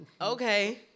Okay